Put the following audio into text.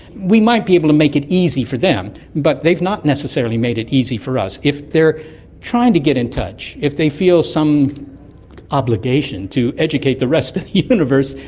we might be able to make it easy for them. but they have not necessarily made it easy for us. if they are trying to get in touch, if they feel some obligation to educate the rest of the universe,